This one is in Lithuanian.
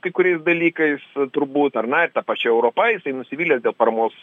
kai kuriais dalykais turbūt ar na ir ta pačia europa jisai nusivylęs dėl paramos